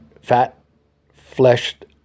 fat-fleshed